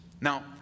Now